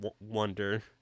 wonder